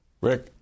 Rick